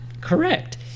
Correct